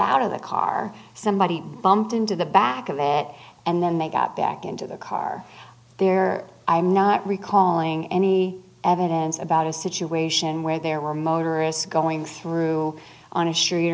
out of the car somebody bumped into the back of that and then they got back into the car there i'm not recalling any evidence about a situation where there were motorists going through on